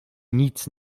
nic